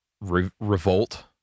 revolt